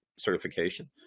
certification